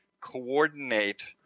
coordinate